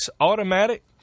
automatic